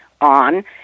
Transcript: on